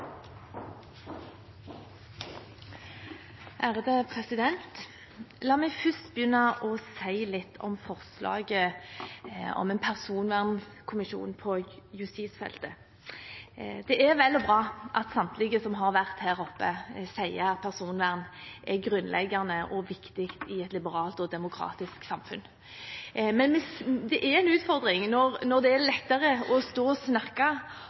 La meg begynne med å si litt om forslaget om en personvernkommisjon på justisfeltet. Det er vel og bra at samtlige som har vært her oppe, sier at personvern er grunnleggende og viktig i et liberalt og demokratisk samfunn. Men det er en utfordring når det er lettere å stå og snakke